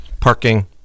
Parking